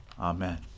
Amen